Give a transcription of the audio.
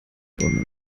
bäume